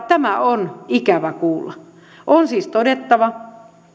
tämä on ikävä kuulla on siis todettava